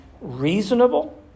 reasonable